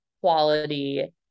quality